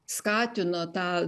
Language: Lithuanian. skatino tą